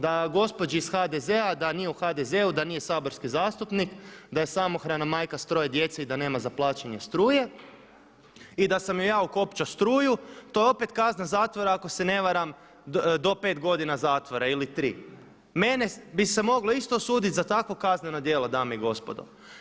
Da gospođi iz HDZ-a, da nije u HDZ-u, da nije saborski zastupnik, da je samohrana majka s troje djece i da nema za plaćanje struje i da sam joj ja ukopčao struju to je opet kazna zatvora ako se ne varam do 5 godina zatvora ili 3. Mene bi se moglo isto osuditi za takvo kazneno djelo dame i gospodo.